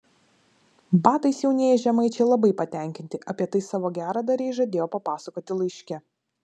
batais jaunieji žemaičiai labai patenkinti apie tai savo geradarei žadėjo papasakoti laiške